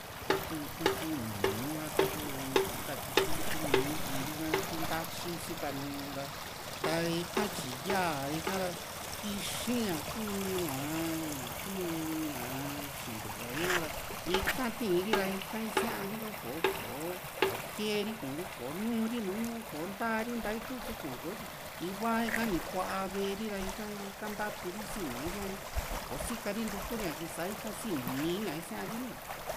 taku ti kuu ñuñu ha ta kuu nta kiti li kumi ntii´ri ka tii ntatyi sika´nu ra ta ika tyi íyaa ika ra kixi´n ña kuu ña ña kuu ñaa xintuva ri ka ra ika tii´n ri ra ika isia´ri ka kò´o kò´o kee ri kuuri kò´o nri nu ñu´u ko ntari nta itu´n suku kò´o tyi ivaa ika ni kua ve´e ri ra ika ika ntaturi sinua isia´ri so kò´o sika ri ntukuu riá tyi sa ika sinua mi´ña isía´ri ni